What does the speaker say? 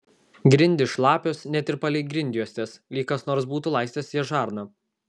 grindys šlapios net ir palei grindjuostes lyg kas nors būtų laistęs jas žarna